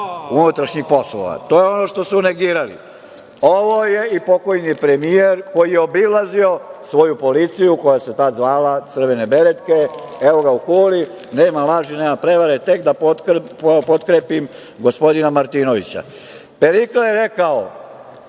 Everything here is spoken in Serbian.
unutrašnjih poslova. To je ono što su negirali. Ovo je i pokojni premijer, koji je obilazio svoju policiju, koja se tad zvala Crvene beretke, evo ga u Kuli, nema laži, nema prevare, tek da potkrepim gospodina Martinovića. Perikle je rekao